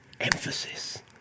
Emphasis